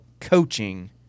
coaching